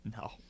No